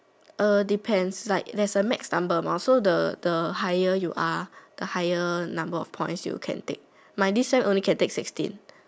uh depends like there's a max number amount so the the higher you are the higher number of points you can take my this sem only can sixteen